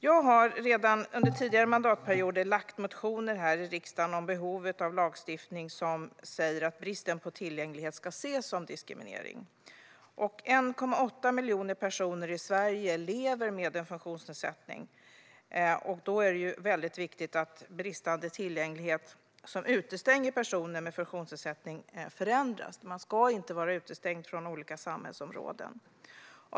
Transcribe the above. Jag har redan under tidigare mandatperioder väckt motioner här i riksdagen om behovet av lagstiftning som säger att bristande tillgänglighet ska ses som diskriminering. 1,8 miljoner personer i Sverige lever med funktionsnedsättning. Då är det väldigt viktigt att bristande tillgänglighet som utestänger personer med funktionsnedsättning förändras. Man ska inte vara utestängd från olika samhällsområden.